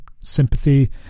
sympathy